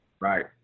Right